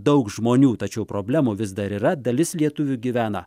daug žmonių tačiau problemų vis dar yra dalis lietuvių gyvena